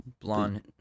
Blonde